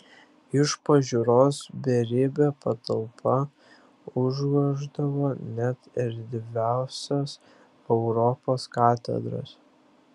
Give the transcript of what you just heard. iš pažiūros beribė patalpa užgoždavo net erdviausias europos katedras